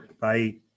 Bye